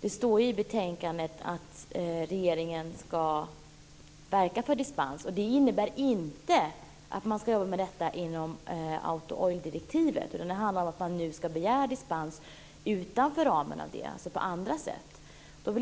Det står ju i betänkandet att regeringen ska verka för dispens. Det innebär inte att man ska jobba med detta inom Auto/oil-direktivet, utan det handlar om att man nu ska begära dispens utanför ramen och på andra sätt. Jag